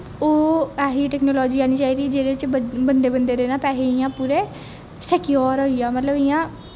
ओह् ऐसी टैकनॉलजी आनी चाहिदी जेह्दे च बंदे बंदे दे ना पैहे इ'यां पूरे स्कयोर होई जान मतलब इ'यां